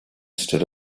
stood